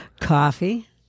Coffee